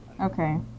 Okay